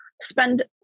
spend